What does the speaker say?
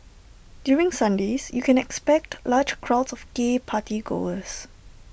during Sundays you can expect large crowds of gay party goers